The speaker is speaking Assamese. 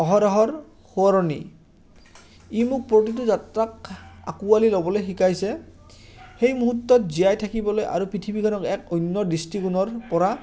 অহৰহৰ সোঁৱৰণী ই মোক প্ৰতিটো যাত্ৰাক আঁকোৱালি ল'বলৈ শিকাইছে সেই মুহূৰ্তত জীয়াই থাকিবলৈ আৰু পৃথিৱীখনক এক অন্য দৃষ্টিকোণৰ পৰা